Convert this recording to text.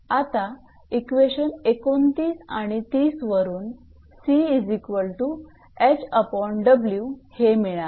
आता इक्वेशन 29 आणि 30 वरून 𝑐𝐻𝑊 हे मिळाले